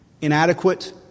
inadequate